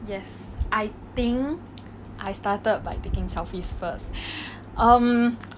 yes I think I started by taking selfies first um